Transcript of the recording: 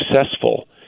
successful